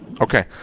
Okay